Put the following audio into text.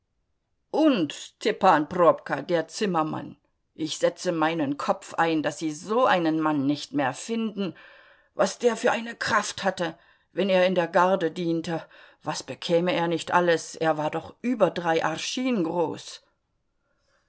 und stepan probka der zimmermann ich setze meinen kopf ein daß sie so einen mann nicht mehr finden was der für eine kraft hatte wenn er in der garde diente was bekäme er nicht alles er war doch über drei arschin groß